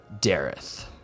Dareth